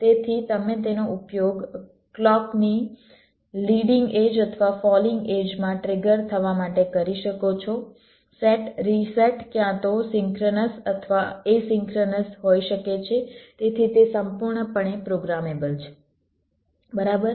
તેથી તમે તેનો ઉપયોગ ક્લૉકની લિડિંગ એડ્જ અથવા ફોલિંગ એડ્જ માં ટ્રિગર થવા માટે કરી શકો છો સેટ રીસેટ ક્યાં તો સિંક્રનસ અથવા એસિંક્રનસ હોઈ શકે છે તેથી તે સંપૂર્ણપણે પ્રોગ્રામેબલ છે બરાબર